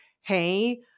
hey-